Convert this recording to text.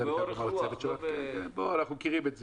אנחנו הרי מכירים את זה,